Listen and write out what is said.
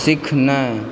सीखनाइ